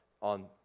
on